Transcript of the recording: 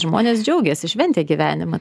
žmonės džiaugėsi šventė gyvenimą